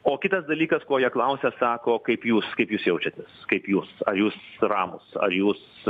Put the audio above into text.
o kitas dalykas ko jie klausia sako kaip jūs kaip jūs jaučiatės kaip jūs ar jūs ramūs ar jūs